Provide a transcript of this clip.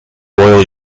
royal